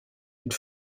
une